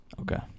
Okay